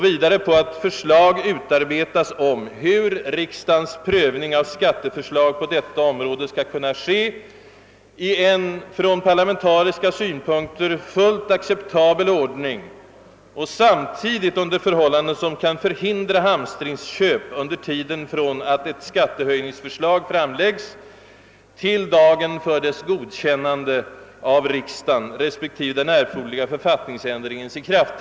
Vidare bör förslag utarbetas om hur riksdagens prövning av skatteförslag på detta område skall kunna ske i en från 'parlamentariska utgångspunkter fullt acceptabel ordning och samtidigt under förhållanden, som kan förhindra hamstringsköp från den dag, då ett skatteförslag framläggs, till den dag då förslaget godkännes av riksdagen respektive den erforderliga författningsändringen träder i kraft.